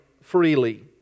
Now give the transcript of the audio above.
freely